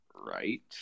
right